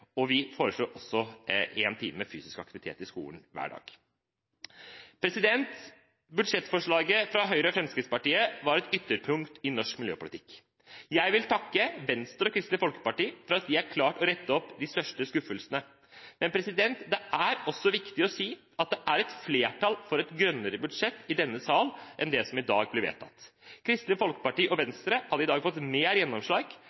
foreslår også en times fysisk aktivitet i skolen hver dag. Budsjettforslaget fra Høyre og Fremskrittspartiet var et ytterpunkt i norsk miljøpolitikk. Jeg vil takke Venstre og Kristelig Folkeparti for at de har klart å rette opp de største skuffelsene. Men det er også viktig å si at det er et flertall for et grønnere budsjett i denne sal enn det som i dag blir vedtatt. Kristelig Folkeparti og Venstre hadde i dag fått mer gjennomslag